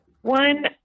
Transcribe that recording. one